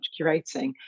curating